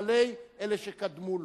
מחדלי אלה שקדמו לו,